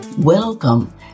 Welcome